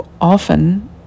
often